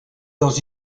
dans